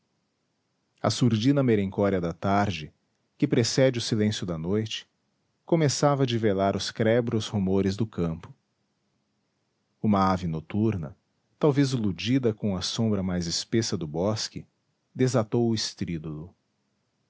a surdina merencória da tarde que precede o silêncio da noite começava de velar os crebros rumores do campo uma ave noturna talvez iludida com a sombra mais espessa do bosque desatou o